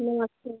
नमस्ते